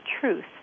truth